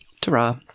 Ta-ra